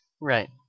Right